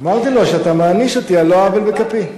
אמרתי שאתה מעניש אותי על לא עוול בכפי.